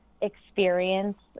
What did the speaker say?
experience